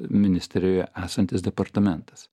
ministerijoje esantis departamentas